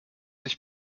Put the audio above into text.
ich